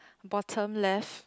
bottom left